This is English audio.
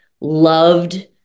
loved